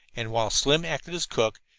and while slim acted as cook,